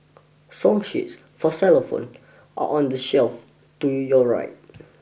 song sheets for xylophone are on the shelf to your right